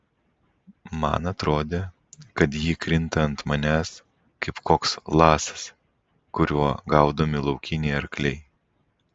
man atrodė kad ji krinta ant manęs kaip koks lasas kuriuo gaudomi laukiniai arkliai